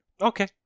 Okay